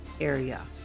area